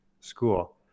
school